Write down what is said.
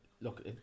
look